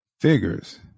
figures